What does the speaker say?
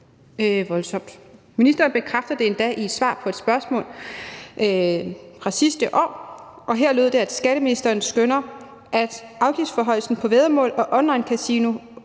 Ministeren bekræfter det endda i et svar på et spørgsmål fra sidste år, og her lød det, at skatteministeren skønner, at »afgiftsforhøjelsen på væddemål og onlinekasino